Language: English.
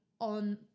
on